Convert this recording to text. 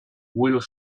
will